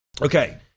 Okay